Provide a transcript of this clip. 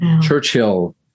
Churchill